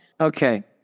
Okay